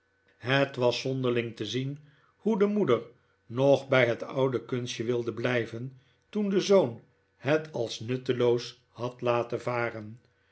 het was zonderling te zien hoe de moeder nog bij het oude kunstje wilde blijven toen de zoon het als nutteloos had laten varen